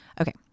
Okay